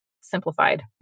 simplified